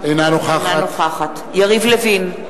אינה נוכחת יריב לוין,